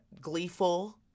gleeful